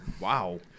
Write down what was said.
Wow